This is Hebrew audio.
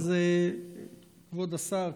תודה.